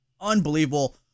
unbelievable